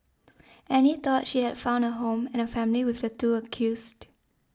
Annie thought she had found a home and a family with the two accused